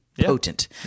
Potent